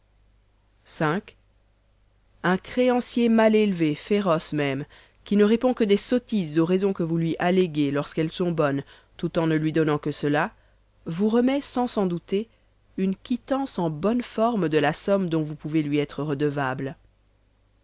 v un créancier mal élevé féroce même qui ne répond que des sottises aux raisons que vous lui alléguez lorsqu'elles sont bonnes tout en ne lui donnant que cela vous remet sans s'en douter une quittance en bonne forme de la somme dont vous pouvez lui être redevable